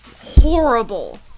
horrible